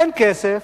אין כסף,